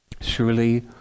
Surely